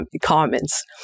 comments